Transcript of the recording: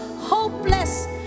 hopeless